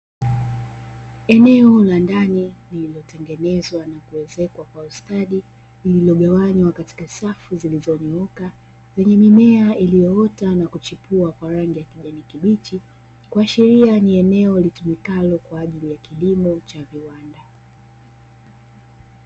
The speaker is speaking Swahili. Eneo la ndani lililotengenezwa na kuezekwa kwa ustadi, lililogawanywa katika safu zilizonyoka zenye mimea iliyoota na kuchipua kwa rangi ya kijani kibichi, kuashiria ni eneo litumikalo kwa ajili ya kilimo cha viwanda.